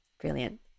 Brilliant